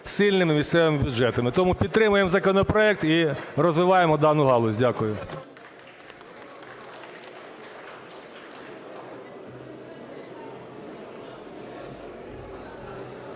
сильними місцевими бюджетами. Тому підтримаємо законопроект і розвиваємо дану галузь. Дякую.